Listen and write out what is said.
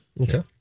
Okay